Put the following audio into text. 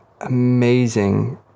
amazing